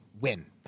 win